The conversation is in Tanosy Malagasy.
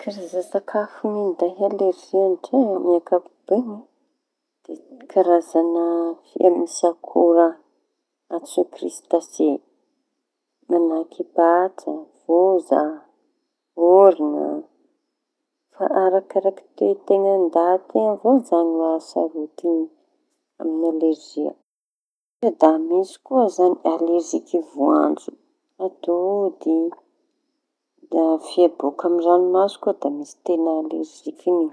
Karaza sakafo minday alerzia ndray amin'ny ankapobeny. Da karazaña fia misy akora antsoy kiristase mañahaky patsa, foza, oraña. Fa arakaraky toe-teña ndaty iñy avao zañy maha sarotiñy aminy alerzia misy da alerziky voanjo, atody, da fia boaka amin'ny rañomasina koa da misy teña alerzikiñy.